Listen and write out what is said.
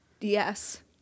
Yes